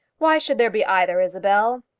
why should there be either, isabel?